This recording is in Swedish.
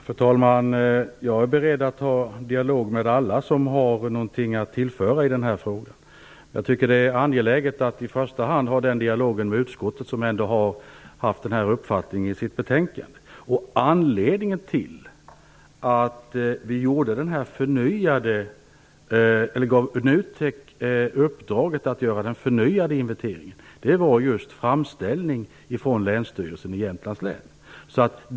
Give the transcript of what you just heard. Fru talman! Jag är beredd att ha en dialog med alla som har något att tillföra i den här frågan. Jag tycker att det är angeläget att i första hand ha den dialogen med utskottet som ändå har haft den här uppfattningen i sitt betänkande. Anledningen till att vi gav NUTEK uppdraget att göra den förnyade inventeringen var just en framställning från Länsstyrelsen i Jämtlands län.